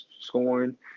scoring